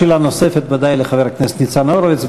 שאלה נוספת לחבר הכנסת ניצן הורוביץ,